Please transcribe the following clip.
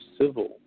civil